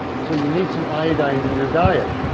so you need some iodine in your diet.